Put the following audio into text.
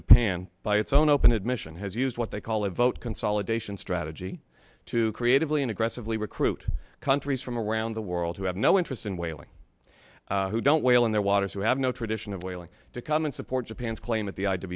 japan by its own open admission has used what they call a vote consolidation strategy to creatively and aggressively recruit countries from around the world who have no interest in whaling who don't whale in their waters who have no tradition of whaling to comment support japan's claim at the i